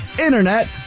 Internet